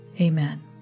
Amen